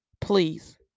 please